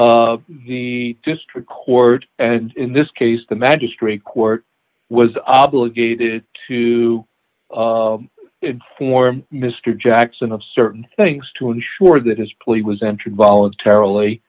clear the district court and in this case the magistrate court was obligated to inform mr jackson of certain things to ensure that his plea was entered voluntarily